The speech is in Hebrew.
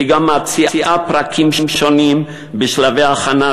והיא גם מציעה פרקים שונים בשלבי ההכנה,